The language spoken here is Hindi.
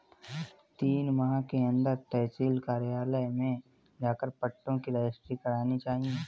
तीन माह के अंदर तहसील कार्यालय में जाकर पट्टों की रजिस्ट्री करानी चाहिए